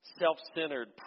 self-centered